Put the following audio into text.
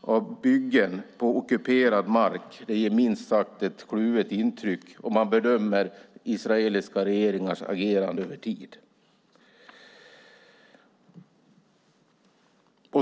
av byggen på ockuperad mark ger ett minst sagt kluvet intryck när man bedömer israeliska regeringars agerande över tid.